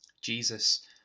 Jesus